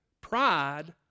Pride